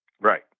Right